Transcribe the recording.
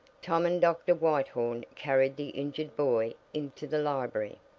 tom and dr. whitethorn carried the injured boy into the library.